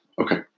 Okay